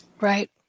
Right